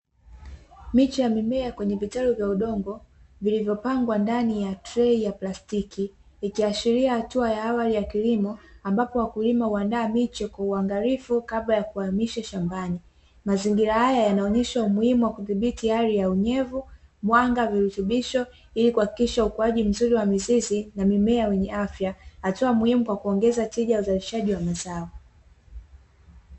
Miche ya mimea kwenye vitalu vya udongo, vilivyopangwa ndani ya trei la plastiki, ikiashiria hatua ya awali ya kilimo, ambapo wakulima huandaa miche kwa uangalifu kabla ya kuhamisha shambani. Mazingira haya yanaonyesha umuhimu wa kudhibiti hali ya unyevu, mwanga na virutubisho, ili kuhakikisha ukuaji mzuri wa mizizi na mimea yenye afya, hatua muhimu kwa kuongeza tija ya uzalishaji wa mazao.